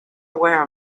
aware